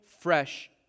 fresh